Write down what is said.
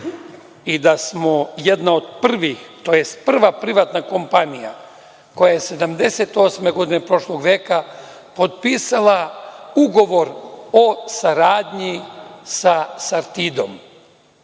i da smo jedna od prvih, tj. prva privatna kompanija koja je 78 godine prošlog veka potpisala Ugovor o saradnji sa „Sartidom“.